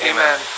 Amen